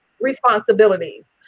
responsibilities